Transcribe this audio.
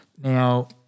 Now